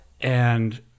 And-